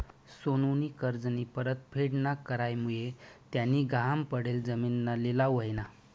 सोनूनी कर्जनी परतफेड ना करामुये त्यानी गहाण पडेल जिमीनना लिलाव व्हयना